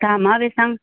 दामआ बेसां